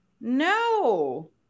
no